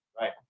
right